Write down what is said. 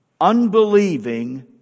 unbelieving